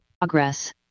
Progress